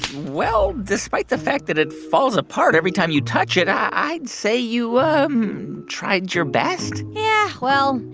well, despite the fact that it falls apart every time you touch it, i'd say you tried your best? yeah. well,